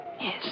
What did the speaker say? Yes